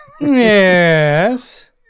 Yes